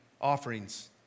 offerings